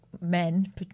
men